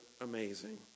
amazing